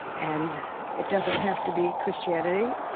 and it doesn't have to be christianity.